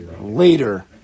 later